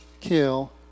kill